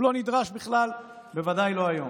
הוא לא נדרש בכלל, בוודאי לא היום.